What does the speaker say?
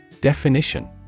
Definition